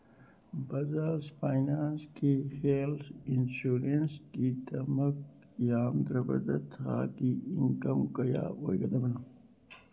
ꯕꯖꯥꯖ ꯐꯩꯅꯥꯟꯁꯀꯤ ꯍꯦꯜꯠ ꯏꯟꯁꯨꯔꯦꯟꯁꯀꯤꯗꯃꯛ ꯌꯥꯝꯗ꯭ꯔꯕꯗ ꯊꯥꯒꯤ ꯏꯟꯀꯝ ꯀꯌꯥ ꯑꯣꯏꯒꯗꯕꯅꯣ